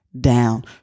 down